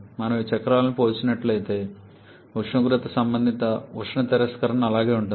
మనము ఈ చక్రాలను పోల్చినట్లయితే ఉష్ణోగ్రత సంబంధిత ఉష్ణ తిరస్కరణ అలాగే ఉంటుంది